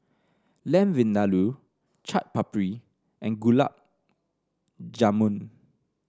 Lamb Vindaloo Chaat Papri and Gulab Jamun